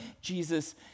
Jesus